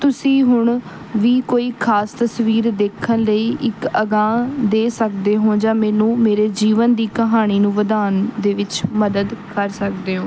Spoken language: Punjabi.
ਤੁਸੀਂ ਹੁਣ ਵੀ ਕੋਈ ਖਾਸ ਤਸਵੀਰ ਦੇਖਣ ਲਈ ਇੱਕ ਅਗਾਂਹ ਦੇ ਸਕਦੇ ਹੋ ਜਾਂ ਮੈਨੂੰ ਮੇਰੇ ਜੀਵਨ ਦੀ ਕਹਾਣੀ ਨੂੰ ਵਧਾਉਣ ਦੇ ਵਿੱਚ ਮਦਦ ਕਰ ਸਕਦੇ ਹੋ